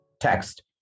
text